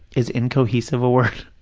is incohesive a word?